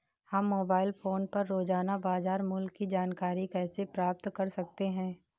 हम mobile phone पर रोजाना बाजार मूल्य की जानकारी कैसे प्राप्त कर सकते हैं?